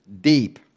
deep